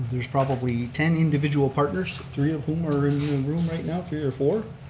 there's probably ten individual partners, three of whom are in the and room right now, three or four.